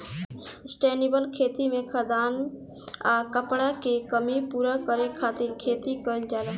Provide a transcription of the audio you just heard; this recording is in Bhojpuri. सस्टेनेबल खेती में खाद्यान आ कपड़ा के कमी पूरा करे खातिर खेती कईल जाला